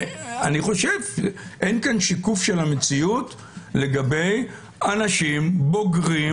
אני חושב שאין כאן שיקוף של המציאות לגבי אנשים בוגרים,